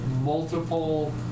multiple